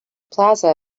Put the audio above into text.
plaza